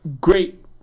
Great